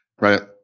Right